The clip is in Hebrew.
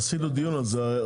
עשינו דיון על זה,